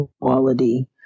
quality